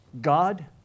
God